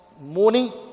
morning